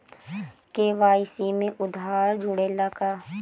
KYC में आधार जुड़े ला का?